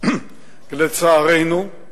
לצערנו,